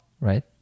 right